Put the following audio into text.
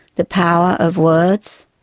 the power of words.